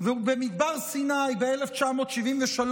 ובמדבר סיני ב-1973,